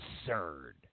absurd